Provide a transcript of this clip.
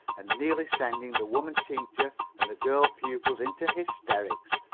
and nearly sending the woman teacher and the girl pupils into hysterics.